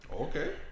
okay